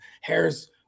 Harris